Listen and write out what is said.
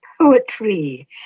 poetry